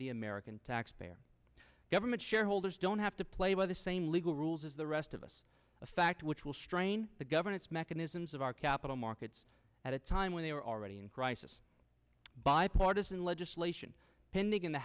the american taxpayer government shareholders don't have to play by the same legal rules as the rest of us a fact which will strain the governance mechanisms of our capital markets at a time when they are already in crisis bipartisan legislation pending